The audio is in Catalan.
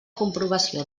comprovació